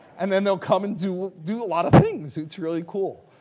and then, they'll come and do do a lot of things. it's really cool.